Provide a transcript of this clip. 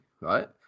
right